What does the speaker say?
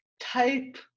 type